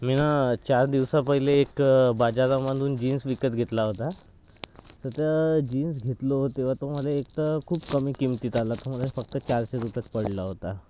मीनं चार दिवसापहिले एक बाजारामधून जीन्स विकत घेतला होता तर त्या जीन्स घेतलो तेव्हा तो मला एक तर खूप कमी किंमतीत आला मला फक्त चारशे रुपयात पडला होता